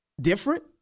different